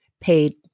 paid